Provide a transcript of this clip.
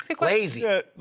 Lazy